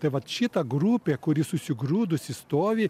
tai vat šita grupė kuri susigrūdusi stovi